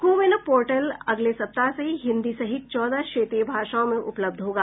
CoWIN portal अगले सप्ताह से हिन्दी सहित चौदह क्षेत्रीय भाषाओं में उपलब्ध होगा